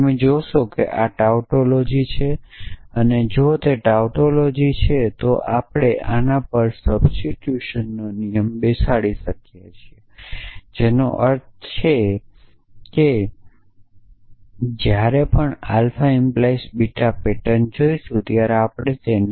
તમે જોશો કે આ ટાઉટોલોજી છે અને જો તે ટાઉટોલોજી છે તો આપણે આના પર સબસ્ટીટ્યુશનનો નિયમ બેસાડી શકીએ છીએ જેનો અર્થ એ છે કે જ્યારે પણ આપણે આલ્ફા🡪 બીટા પેટર્ન જોશું ત્યારે આપણે તેને